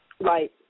Right